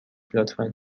لطفا